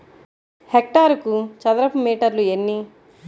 హెక్టారుకు చదరపు మీటర్లు ఎన్ని?